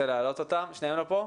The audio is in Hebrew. כאן.